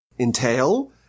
entail